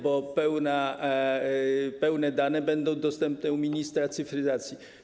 Bo pełne dane będą dostępne u ministra cyfryzacji.